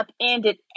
upended